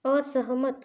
असहमत